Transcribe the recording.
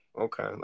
okay